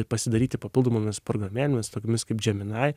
pasidaryti papildomomis programėlėmis tokiomis kaip gemini